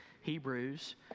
Hebrews